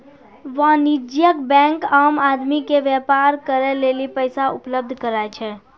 वाणिज्यिक बेंक आम आदमी के व्यापार करे लेली पैसा उपलब्ध कराय छै